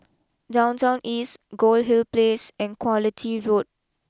Downtown East Goldhill place and quality Road